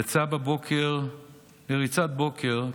יצא בבוקר פרץ גלעדי לריצת בוקר,